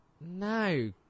No